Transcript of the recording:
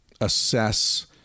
assess